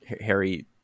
Harry